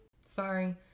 Sorry